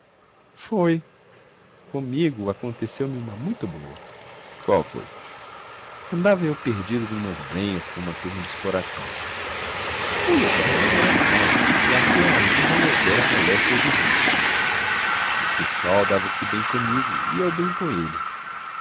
foi comigo aconteceu-me uma muito boa qual foi andava eu perdido numas brenhas com uma turma de exploração o lugar não era mau e até ali não houvera moléstias de vulto o pessoal dava-se bem comigo e eu bem com ele